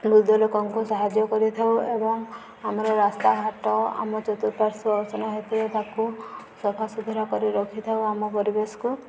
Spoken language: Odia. ବୃଦ୍ଧ ଲୋକଙ୍କୁ ସାହାଯ୍ୟ କରିଥାଉ ଏବଂ ଆମର ରାସ୍ତାଘାଟ ଆମ ଚତୁଃପାର୍ଶ୍ୱ ଅସନା ହୋଇଥିଲେ ତାକୁ ସଫା ସୁୁତୁରା କରି ରଖିଥାଉ ଆମ ପରିବେଶକୁ